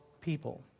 people